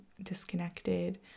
disconnected